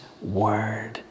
word